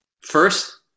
First